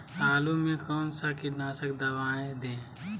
आलू में कौन सा कीटनाशक दवाएं दे?